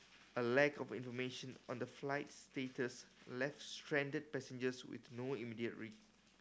a lack of information on the flight's status left stranded passengers with no immediate